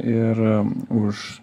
ir už